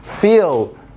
Feel